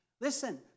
Listen